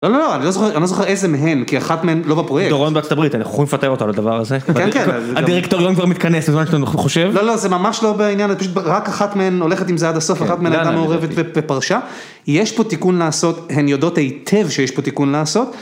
לא, לא, לא, אני לא זוכר איזה מהן, כי אחת מהן לא בפרויקט. דורון בארצת הברית, אנחנו יכולים לפטר אותה לדבר הזה? כן, כן. הדירקטוריון כבר מתכנס בזמן שאתה חושב? לא, לא, זה ממש לא בעניין, רק אחת מהן הולכת עם זה עד הסוף, אחת מהן היתה מעורבת ופרשה. יש פה תיקון לעשות, הן יודעות היטב שיש פה תיקון לעשות.